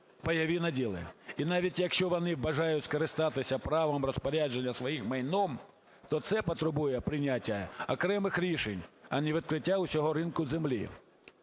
пайові наділи. І навіть якщо вони бажають скористатися правом розпорядження своїм майном, то це потребує прийняття окремих рішень, а не відкриття усього ринку землі.